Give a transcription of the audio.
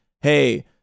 hey